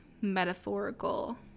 metaphorical